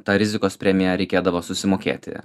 tą rizikos premiją reikėdavo susimokėti